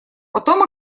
потом